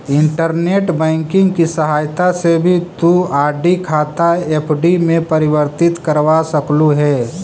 internet banking की सहायता से भी तु आर.डी खाता एफ.डी में परिवर्तित करवा सकलू हे